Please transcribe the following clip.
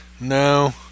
No